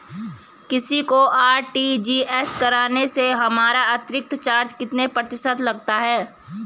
किसी को आर.टी.जी.एस करने से हमारा अतिरिक्त चार्ज कितने प्रतिशत लगता है?